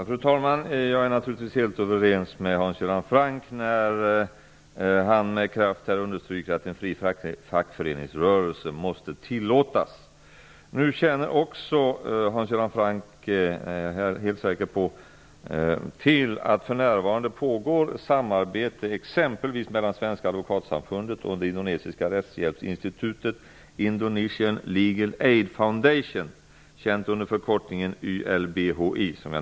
Fru talman! Jag är naturligtvis helt överens med Hans Göran Franck när han med kraft understryker att en fri fackföreningsrörelse måste tillåtas. Jag är helt säker på att Hans Göran Franck känner till att det för närvarande pågår samarbete exempelvis mellan Svenska advokatsamfundet och det indonesiska rättshjälpsinstitutet Indonesian YLBHI.